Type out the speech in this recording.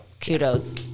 Kudos